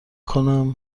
کنم